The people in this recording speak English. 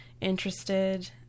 interested